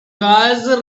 was